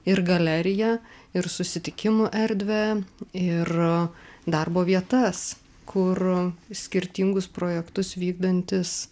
ir galeriją ir susitikimų erdvę ir darbo vietas kur skirtingus projektus vykdantys